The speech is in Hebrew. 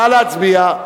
נא להצביע.